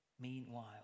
Meanwhile